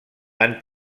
han